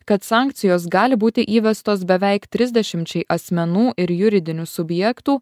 kad sankcijos gali būti įvestos beveik trisdešimčiai asmenų ir juridinių subjektų